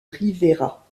rivera